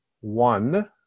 one